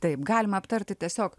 taip galima aptarti tiesiog